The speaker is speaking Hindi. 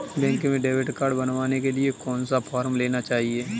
बैंक में डेबिट कार्ड बनवाने के लिए कौन सा फॉर्म लेना है?